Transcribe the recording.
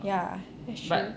ya that's true